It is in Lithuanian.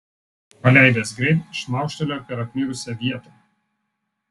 paleidęs greit šmaukštelėjo per apmirusią vietą